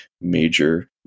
major